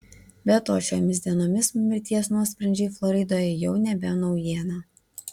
be to šiomis dienomis mirties nuosprendžiai floridoje jau nebe naujiena